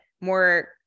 more